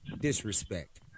disrespect